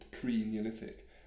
pre-Neolithic